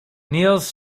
niels